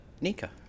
Nika